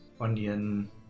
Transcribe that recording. onion